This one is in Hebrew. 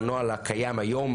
הנוהל הקיים היום,